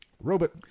Robot